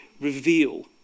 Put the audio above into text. reveal